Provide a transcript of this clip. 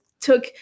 took